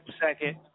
second